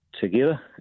together